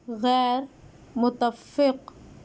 غیر متفق